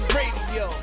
radio